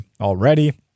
already